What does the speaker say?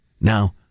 Now